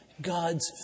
God's